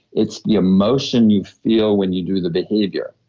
it's the emotion you feel when you do the behavior.